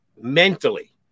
Mentally